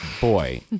boy